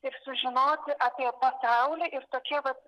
ir sužinoti apie pasaulį ir tokie vat